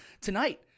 tonight